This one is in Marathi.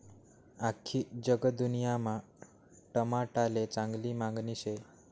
आख्खी जगदुन्यामा टमाटाले चांगली मांगनी शे